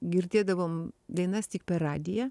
girdėdavom dainas tik per radiją